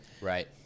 Right